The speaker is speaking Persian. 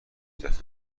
دهند